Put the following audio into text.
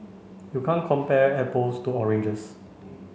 you can't compare apples to oranges